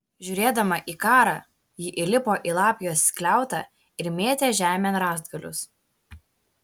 žiūrėdama į karą ji įlipo į lapijos skliautą ir mėtė žemėn rąstgalius